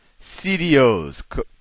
CDOs